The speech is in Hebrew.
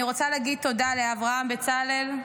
אני רוצה להגיד תודה לאברהם בצלאל.